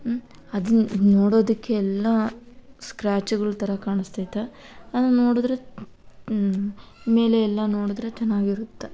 ಹ್ಞೂ ಅದ್ನ ನೋಡೋದಕ್ಕೆ ಎಲ್ಲ ಸ್ಕ್ರ್ಯಾಚುಗಳ ಥರ ಕಾಣಿಸ್ತೈತೆ ಆದರೆ ನೋಡಿದ್ರೆ ಮೇಲೆ ಎಲ್ಲ ನೋಡಿದ್ರೆ ಚೆನ್ನಾಗಿರುತ್ತೆ